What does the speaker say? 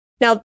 Now